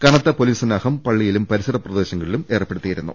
കനത്ത പോലീസ് സന്നാഹം പള്ളിയിലും പരിസര പ്രദേശങ്ങ ളിലും ഏർപ്പെടുത്തിയിരുന്നു